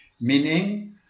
meaning